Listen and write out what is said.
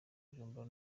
bujumbura